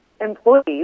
employees